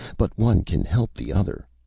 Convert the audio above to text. but one can help the other.